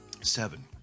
Seven